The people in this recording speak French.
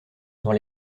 dans